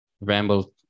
ramble